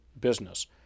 business